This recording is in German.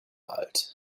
alt